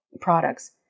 products